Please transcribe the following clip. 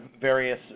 various